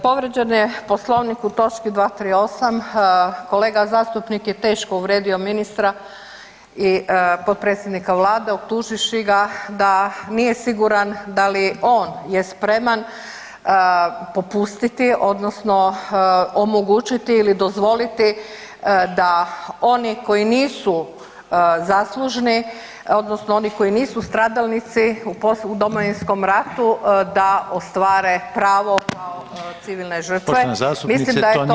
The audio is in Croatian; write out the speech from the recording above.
Povrijeđen je Poslovnik u točki 238., kolega zastupnik je teško uvrijedio ministra i potpredsjednika Vlade optuživši ga nije siguran da li on je spreman upustiti odnosno omogućiti ili dozvoliti da oni koji nisu zaslužni odnosno koji nisu stradalnici u Domovinskom ratu, da ostvare pravo civilne žrtve, mislim da je to uvreda.